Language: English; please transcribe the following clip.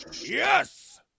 Yes